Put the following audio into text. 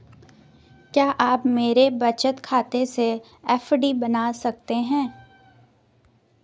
क्या आप मेरे बचत खाते से एफ.डी बना सकते हो?